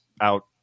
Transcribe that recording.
out